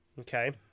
okay